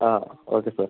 ആ okay sir